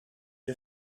die